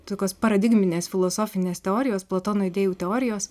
tokios paradigminės filosofinės teorijos platono idėjų teorijos